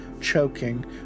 choking